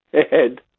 ahead